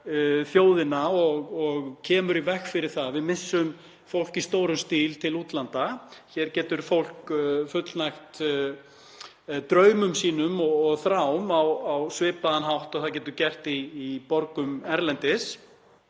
þjóðina og kemur í veg fyrir það að við missum fólk í stórum stíl til útlanda. Hér getur fólk fullnægt draumum sínum og þrám á svipaðan hátt og það getur gert í borgum erlendis